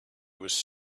was